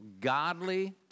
godly